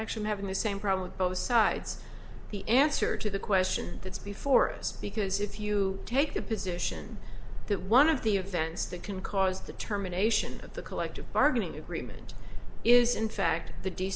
actually having the same problem with both sides the answer to the question that's before is because if you take a position that one of the events that can cause the terminations of the collective bargaining agreement is in fact the d